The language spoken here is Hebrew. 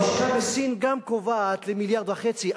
הלשכה בסין גם קובעת למיליארד וחצי,